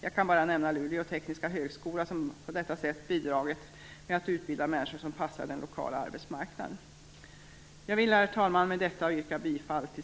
Jag kan bara nämna Luleå tekniska högskola som på detta sätt bidragit med att utbilda människor som passar den lokala arbetsmarknaden. Jag vill med detta, herr talman, yrka bifall till